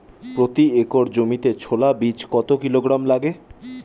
প্রতি একর জমিতে ছোলা বীজ কত কিলোগ্রাম লাগে?